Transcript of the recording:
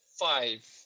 five